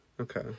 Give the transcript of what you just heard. Okay